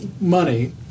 money